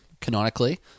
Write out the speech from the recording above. canonically